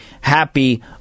happy